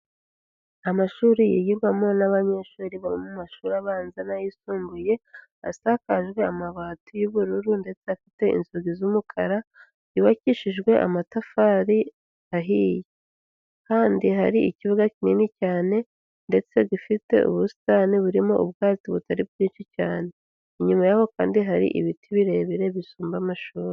Amashuri yigirwamo n'abanyeshuri bo mu mashuri abanza n'ayisumbuye, asakajwe amabati y'ubururu ndetse afite inzugi z'umukara, yubakishijwe amatafari ahiye. Kandi hari ikibuga kinini cyane, ndetse gifite ubusitani burimo ubwatsi butari bwinshi cyane. Inyuma aho kandi hari ibiti birebire bisumba amashuri.